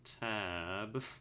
tab